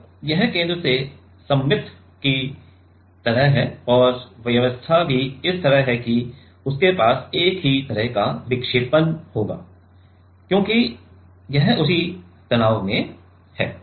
तो ये केंद्र से सममित की तरह हैं और व्यवस्था भी इस तरह है कि उसके पास एक ही तरह का विक्षेपण होगा क्योंकि यह उसी तनाव में है